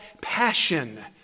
passion